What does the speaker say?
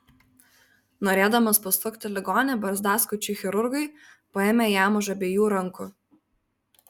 norėdamas pasukti ligonį barzdaskučiui chirurgui paėmė jam už abiejų rankų